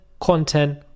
content